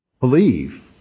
Believe